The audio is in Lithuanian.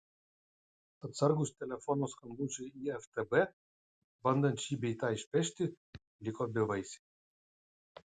atsargūs telefono skambučiai į ftb bandant šį bei tą išpešti liko bevaisiai